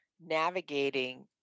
navigating